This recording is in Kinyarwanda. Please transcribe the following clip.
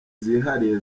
zihariye